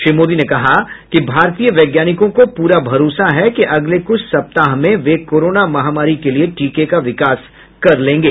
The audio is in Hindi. श्री मोदी ने कहा कि भारतीय वैज्ञानिकों को पूरा भरोसा है कि अगले कुछ सप्ताह में वे कोरोना महामारी के लिए टीके का विकास कर लेंगे